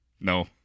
No